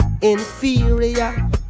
Inferior